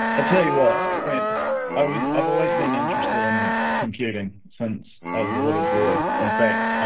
i tell you what i was, i've always been interested in computing since i was a little boy. in fact,